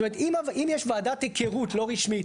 זאת אומרת, אם יש ועדת היכרות לא רשמית